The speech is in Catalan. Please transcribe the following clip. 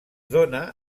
dóna